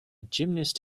gymnast